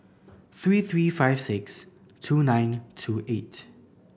three three five six two nine two eight